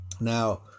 Now